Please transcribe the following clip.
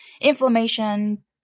inflammation